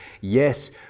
Yes